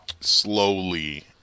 slowly